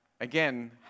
again